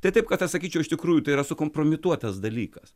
tai taip kad aš sakyčiau iš tikrųjų tai yra sukompromituotas dalykas